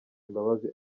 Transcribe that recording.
imbabazi